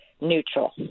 neutral